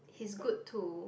he's good to